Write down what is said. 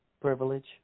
privilege